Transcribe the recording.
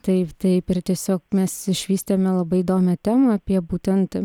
taip taip ir tiesiog mes išvystėme labai įdomią temą apie būtent